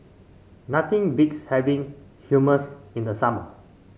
nothing beats having Hummus in the summer